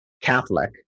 Catholic